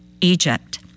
Egypt